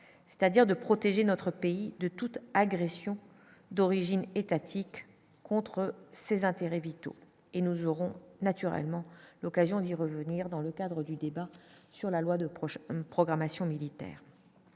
c'est-à-dire de protéger notre pays de toute agression d'origine étatique contre ses intérêts vitaux et nous aurons naturellement l'occasion d'y revenir, dans le cadre du débat sur la loi de proches programmation militaire,